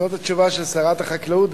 זאת התשובה של שרת החקלאות.